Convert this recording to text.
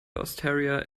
osteria